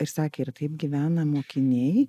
ir sakė ir taip gyvena mokiniai